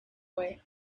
boy